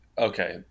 Okay